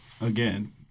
again